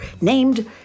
named